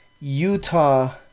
Utah